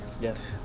yes